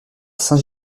saint